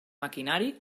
maquinari